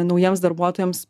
naujiems darbuotojams